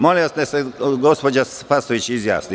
Molim vas, neka se gospođa Spasojević izjasni.